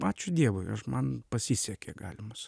ačiū dievui aš man pasisekė galima sakyt